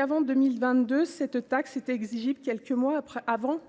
Avant 2022, cette taxe était exigible quelques mois